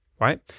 right